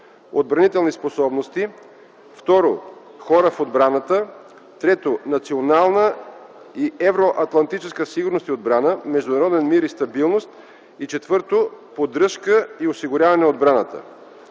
отбранителни способности; 2) хората в отбраната; 3) национална и евроатлантическа сигурност и отбрана, международен мир и стабилност и 4) поддръжка и осигуряване на отбраната.